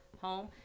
home